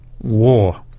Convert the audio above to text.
war